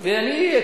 טיבי,